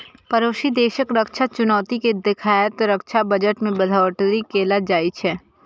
पड़ोसी देशक रक्षा चुनौती कें देखैत रक्षा बजट मे बढ़ोतरी कैल जाइ छै